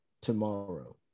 tomorrow